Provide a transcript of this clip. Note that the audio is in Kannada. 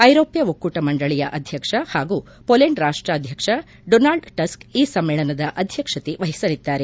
ಐರೋಪ್ಯ ಒಕ್ಕೂಟ ಮಂಡಳಿಯ ಅಧ್ಯಕ್ಷ ಹಾಗೂ ಪೊಲೆಂಡ್ ರಾಷ್ಟಾಧ್ಯಕ್ಷ ಡೊನಾಲ್ಡ್ ಟಸ್ಕ್ ಈ ಸಮ್ಮೇಳನದ ಅಧ್ಯಕ್ಷತೆ ವಹಿಸಲಿದ್ದಾರೆ